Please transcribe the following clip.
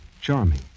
charming